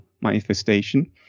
manifestation